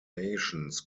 nations